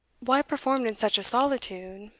why performed in such a solitude,